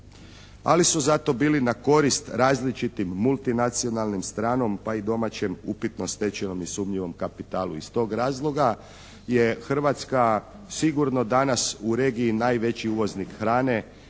Ali su zato bili na korist multinacionalnim stranom, pa i domaćem upitno stečenom i sumnjivom kapitalu. Iz tog razloga je Hrvatska sigurno danas u regiji najveći uvoznik hrane